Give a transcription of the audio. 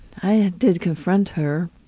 i did confront her.